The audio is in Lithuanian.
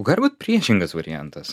o gali būt priešingas variantas